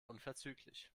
unverzüglich